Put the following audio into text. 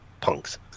punks